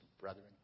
brethren